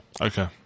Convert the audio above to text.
Okay